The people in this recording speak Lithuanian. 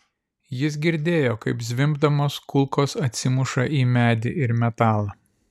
jis girdėjo kaip zvimbdamos kulkos atsimuša į medį ir metalą